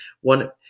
One